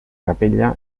capella